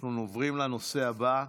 אנחנו עוברים לנושא הבא,